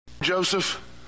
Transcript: Joseph